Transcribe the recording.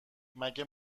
مگه